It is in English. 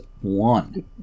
One